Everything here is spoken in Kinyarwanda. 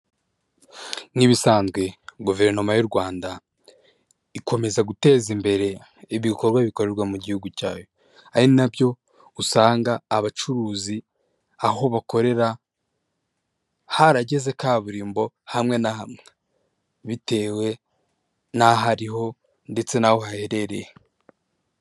Nk'ibisanzwe goverinoma y'u Rwanda ikomeza guteza imbere ibikorwa bikorerwa mu gihugu cyayo, ari na byo usanga abacuruzi aho bakorera harageze kaburimbo hamwe na hamwe bitewe n'aho ari ho ndetse n'aho haherereye.